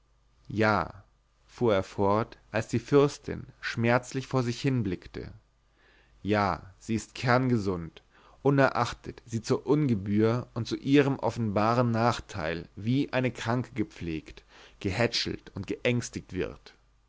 ja fuhr er fort als die fürstin schmerzlich vor sich hinblickte ja sie ist kerngesund unerachtet sie zur ungebühr und zu ihrem offenbaren nachteil wie eine kranke gepflegt gehätschelt und geängstet wird